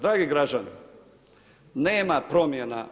Dragi građani, nema promjena.